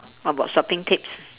what about shopping tips